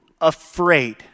afraid